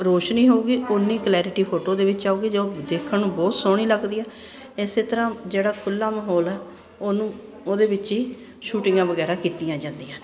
ਰੌਸ਼ਨੀ ਹੋਵੇਗੀ ਉਨੀ ਕਲੈਰਟੀ ਫੋਟੋ ਦੇ ਵਿੱਚ ਆਉਗੀ ਜੋ ਦੇਖਣ ਨੂੰ ਬਹੁਤ ਸੋਹਣੀ ਲੱਗਦੀ ਆ ਇਸੇ ਤਰ੍ਹਾਂ ਜਿਹੜਾ ਖੁੱਲ੍ਹਾ ਮਾਹੌਲ ਹੈ ਉਹਨੂੰ ਉਹਦੇ ਵਿੱਚ ਹੀ ਸ਼ੂਟਿੰਗਾਂ ਵਗੈਰਾ ਕੀਤੀਆਂ ਜਾਂਦੀਆਂ ਨੇ